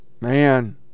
Man